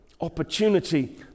opportunity